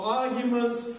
arguments